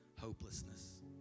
hopelessness